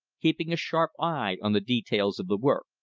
keeping a sharp eye on the details of the work.